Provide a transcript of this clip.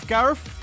Gareth